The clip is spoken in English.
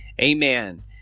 Amen